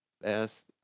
best